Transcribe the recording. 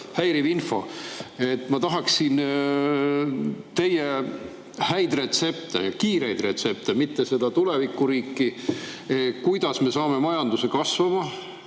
häiriv info. Ma tahaksin teada saada teie häid retsepte, kiireid retsepte, mitte seda tulevikuriiki. Kuidas me saame majanduse kasvama